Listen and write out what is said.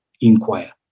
inquire